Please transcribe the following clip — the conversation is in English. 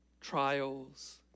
trials